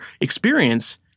experience